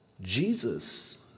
Jesus